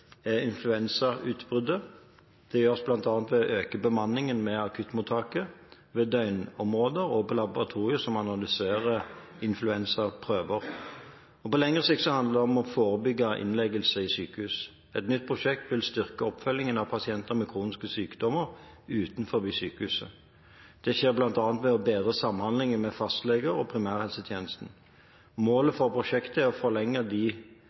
influensautbruddet. Det gjøres bl.a. ved å øke bemanningen ved akuttmottaket, ved døgnområdet og på laboratoriet som analyserer influensaprøver. På lengre sikt handler det om å forebygge innleggelse i sykehus. Et nytt prosjekt vil styrke oppfølgingen av pasienter med kroniske sykdommer utenfor sykehuset. Det skjer bl.a. ved å forbedre samhandlingen med fastleger og primærhelsetjenesten. Målet for prosjektet er å forlenge de